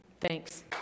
Thanks